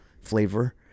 flavor